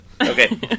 Okay